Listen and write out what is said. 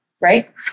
Right